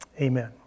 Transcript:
Amen